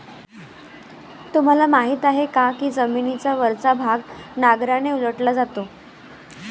तुम्हाला माहीत आहे का की जमिनीचा वरचा भाग नांगराने उलटला जातो?